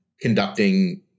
conducting